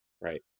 right